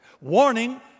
Warning